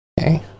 Okay